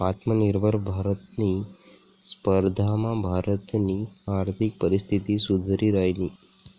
आत्मनिर्भर भारतनी स्पर्धामा भारतनी आर्थिक परिस्थिती सुधरि रायनी